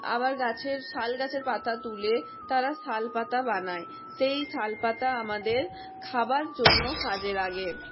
আবার গাছের শাল গাছের পাতা তুলে তারা শালপাতা বানায় সেই শালপাতা আমাদের খাবার জন্য কাজে লাগে